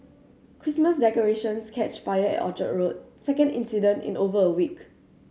Christmas decorations catch fire at Orchard Road second incident in over a week